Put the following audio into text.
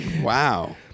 Wow